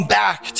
back